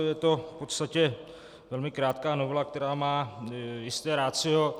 Je to v podstatě velmi krátká novela, která má jisté ratio.